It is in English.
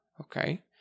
Okay